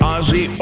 Ozzy